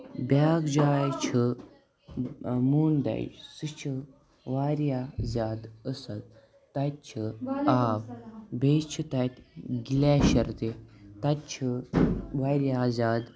بیاکھ جاے چھِ موٗن دَج سُہ چھُ واریاہ زیادٕ اصٕل تَتہِ چھُ آب بیٚیہِ چھُ تَتہِ گلیشیر تہِ تَتہِ چھُ واریاہ زیادٕ